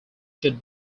should